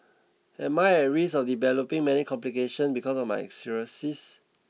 am I at risk of developing many complications because of my cirrhosis